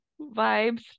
vibes